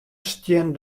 stean